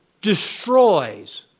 destroys